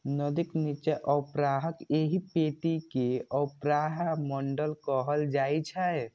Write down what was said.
नदीक निच्चा अवप्रवाहक एहि पेटी कें अवप्रवाह मंडल कहल जाइ छै